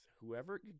whoever